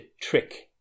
trick